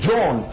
John